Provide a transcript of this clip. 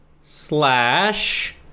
slash